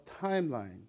timeline